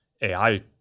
AI